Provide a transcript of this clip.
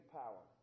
power